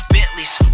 Bentleys